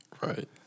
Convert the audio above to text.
Right